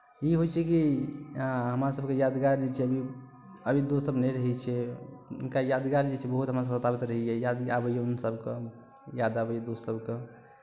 ई होइत छै कि हमरासभके यादगार जे छै अभी अभी दोस्तसभ नहि रहै छै हुनका यादगार जे छै बहुत हमरासभके पड़ैत रहैए याद आबैए रहैए हुनकरसभके याद अबैए दोस्तसभके